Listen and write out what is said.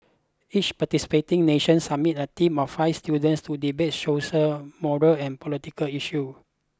each participating nation submits a team of five students to debate social moral and political issue